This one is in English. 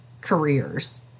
careers